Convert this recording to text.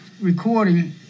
recording